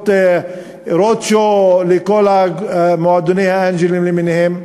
Road Show לכל מועדוני האנג'לים למיניהם.